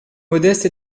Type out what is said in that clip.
modestes